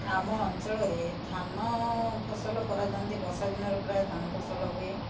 ଆମ ଅଞ୍ଚଳରେ ଧାନ ଫସଲ କରାଯାଆନ୍ତି ବର୍ଷା ଦିନରେ ପ୍ରାୟ ଧାନ ଫସଲ ହୁଏ